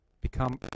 become